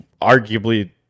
Arguably